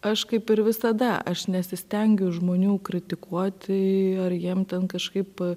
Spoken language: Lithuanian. aš kaip ir visada aš nesistengiu žmonių kritikuoti ar jiem ten kažkaip